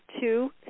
two